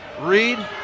Reed